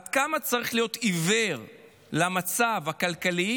עד כמה צריך להיות עיוור למצב הכלכלי